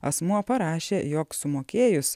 asmuo parašė jog sumokėjus